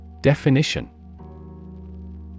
Definition